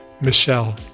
Michelle